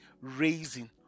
raising